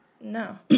No